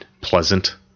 pleasant